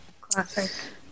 classic